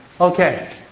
Okay